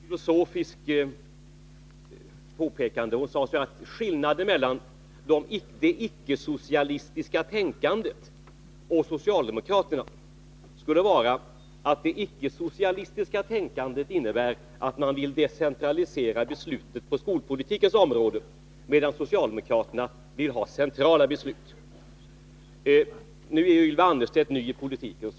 Herr talman! Ylva Annerstedt fällde ett yttrande som jag skulle vilja bemöta. Det var ett uttalande som gällde en filosofisk fråga. Hon sade att skillnaden mellan det icke-socialistiska tänkandet och socialdemokraternas skulle vara att det icke-socialistiska tänkandet innebär att man vill decentralisera besluten på skolpolitikens område, medan socialdemokraterna vill ha centrala beslut. Ylva Annerstedt är ny i politiken.